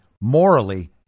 morally